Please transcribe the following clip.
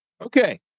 Okay